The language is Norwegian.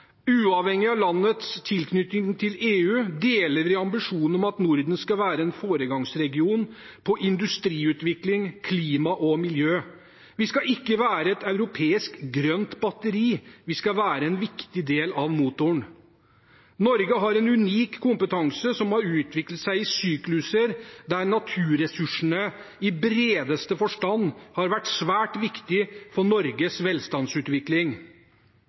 Uavhengig av landenes tilknytning til EU deler vi ambisjonen om at Norden skal være en foregangsregion på industriutvikling, klima og miljø. Vi skal ikke være et europeisk grønt batteri – vi skal være en viktig del av motoren. Norge har en unik kompetanse som har utviklet seg i sykluser, der naturressursene i bredeste forstand har vært svært viktig for Norges velstandsutvikling.